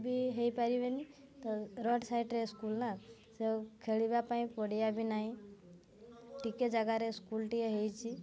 ବି ହେଇପାରିବେନି ତ ରୋଡ଼୍ ସାଇଟ୍ରେ ସ୍କୁଲ୍ ନା ସବ୍ ଖେଳିବା ପାଇଁ ପଡ଼ିଆ ବି ନାହିଁ ଟିକେ ଜାଗାରେ ସ୍କୁଲ୍ଟିଏ ହେଇଛି